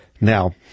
Now